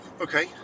Okay